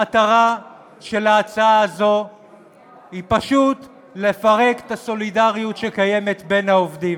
המטרה של ההצעה הזו היא פשוט לפרק את הסולידריות שקיימת בין העובדים.